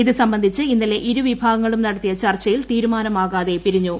ഇത് സംബന്ധിച്ച് ഇന്നലെ ഇരുവിഭാഗങ്ങളും നടത്തിയ ചർച്ചയിൽ തീരുമാനമാകാതെ പിരിഞ്ഞു